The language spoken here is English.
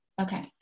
Okay